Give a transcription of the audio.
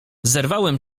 zerwałem